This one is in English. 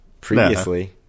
previously